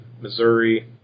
Missouri